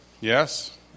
Yes